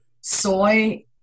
Soy